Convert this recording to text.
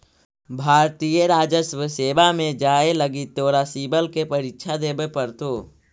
भारतीय राजस्व सेवा में जाए लगी तोरा सिवल के परीक्षा देवे पड़तो